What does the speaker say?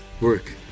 Work